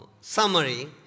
summary